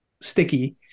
sticky